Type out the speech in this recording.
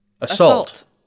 assault